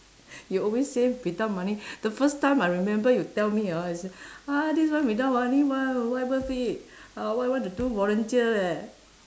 you always say without money the first time I remember you tell me orh you say ah this one without money [one] not worth it ah what I want to do volunteer eh